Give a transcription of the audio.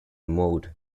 mode